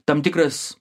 tam tikras